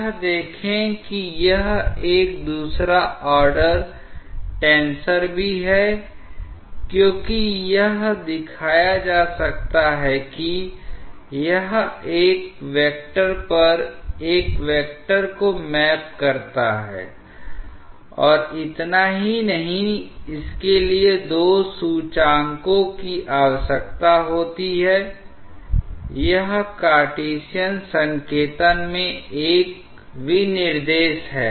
यह देखें कि यह एक दूसरा ऑर्डर टेंसर भी है क्योंकि यह दिखाया जा सकता है कि यह एक वेक्टर पर एक वेक्टर को मैप करता है और इतना ही नहीं इसके लिए दो सूचकांकों की आवश्यकता होती है यह कार्टेशियन संकेतन में एक विनिर्देश है